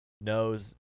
knows